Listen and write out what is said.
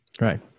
Right